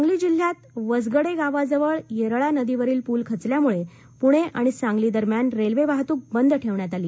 सांगली जिल्ह्यात वसगडे गावा जवळ येरळा नदीवरील पूल खचल्यामुळे पूणे आणि सांगली दरम्यान रेल्वे वाहतूक बंद ठेवण्यात आली